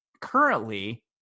currently